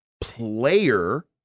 player